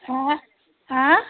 হাঁ হাঁ